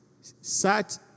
sat